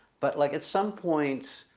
but like at some point